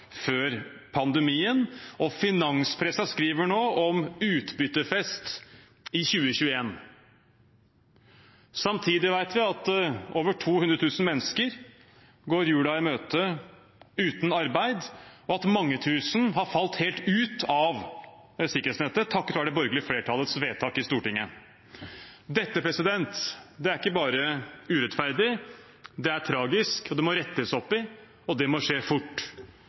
før pandemien, og finanspressen skriver nå om utbyttefest i 2021. Samtidig vet vi at over 200 000 mennesker går julen i møte uten arbeid, og at mange tusen har falt helt ut av sikkerhetsnettet, takket være det borgerlige flertallets vedtak i Stortinget. Dette er ikke bare urettferdig, det er tragisk. Det må rettes opp i, og det må skje fort.